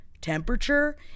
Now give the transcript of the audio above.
temperature